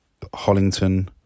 Hollington